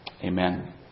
Amen